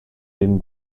den